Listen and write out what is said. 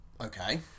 Okay